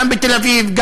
גם בתל-אביב,